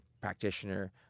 practitioner